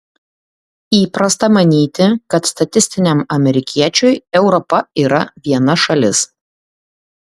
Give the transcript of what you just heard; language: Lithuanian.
įprasta manyti kad statistiniam amerikiečiui europa yra viena šalis